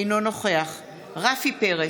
אינו נוכח רפי פרץ,